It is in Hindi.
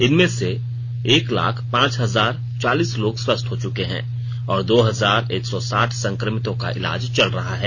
इनमें एक लाख पांच हजार चालीस लोग स्वस्थ हो चुके हैं और दो हजार एक सौ साठ संक्रमितों का इलाज चल रहा है